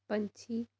ਪੰਛੀ